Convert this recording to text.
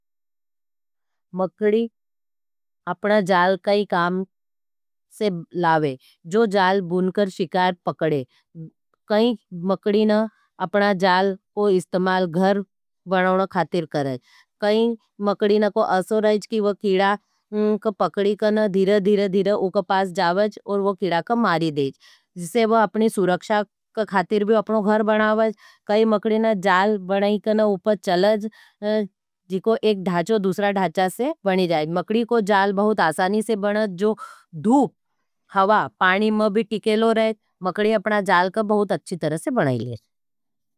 मकडी अपना जाल कई काम से लावे, जो जाल बुन कर शिकार पकडे। कई मकडीना अपना जाल को इस्तेमाल घर बनाउने खातिर करें। कई मकडीना को असो रहेज कि वो कीड़ा को पकड़ी करें, धीरे-धीरे-धीरे उके पास जावें और वो कीड़ा को मारी देंज। जिसे वो अपनी सुरक्षा का खातिर भी अपनो घर बनावज। कई मकडीना जाल बनाई का न उपर चलज, जिको एक ढांचा दूसरा ढांचा से बनी जाएँ। मकडी को जाल बहुत असानी से बनाई जो धूप, हवा, पानी में भी टिकेलो रहें, मकडी अपना जाल का बहुत अच्छी तरह से बनाई लेगे।